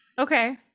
Okay